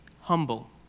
humble